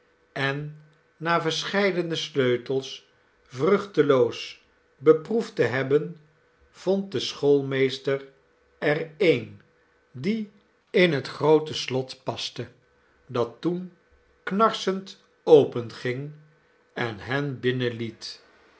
en na verscheidene sleutels vruchteloos beproefd te hebben vond de schoolmeester er een die in het groote slot paste dat toen knarsend openging en hen binnenliet